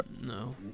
No